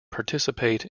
participate